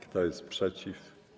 Kto jest przeciw?